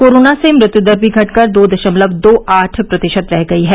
corona से मृत्यु दर भी घटकर दो दशमलव दो आठ प्रतिशत रह गई है